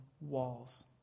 walls